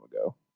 ago